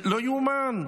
לא ייאמן.